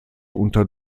unter